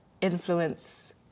influence